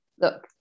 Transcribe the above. look